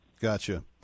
Gotcha